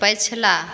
पछिला